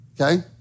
okay